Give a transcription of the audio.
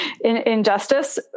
injustice